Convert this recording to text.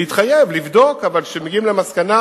לבדוק, אבל כשמגיעים למסקנה,